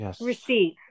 receive